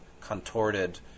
contorted